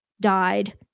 died